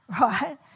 right